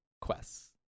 quests